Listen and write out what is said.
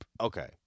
Okay